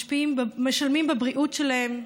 משלמים בבריאות שלהם,